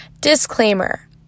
Disclaimer